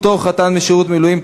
פטור חתן משירות מילואים),